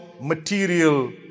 material